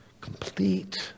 Complete